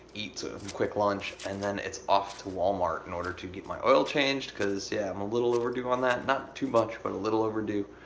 eat some quick lunch and then it's off to walmart in order to get my oil changed cause, yeah, i'm a little overdue on that, not too much, but a little overdue.